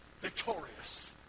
victorious